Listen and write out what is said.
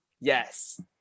yes